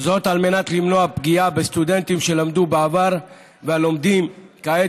על מנת למנוע פגיעה בסטודנטים שלמדו בעבר והלומדים כעת